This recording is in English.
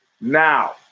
Now